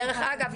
דרך אגב,